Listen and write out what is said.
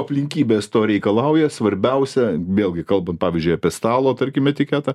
aplinkybės to reikalauja svarbiausia vėlgi kalbant pavyzdžiui apie stalo tarkim etiketą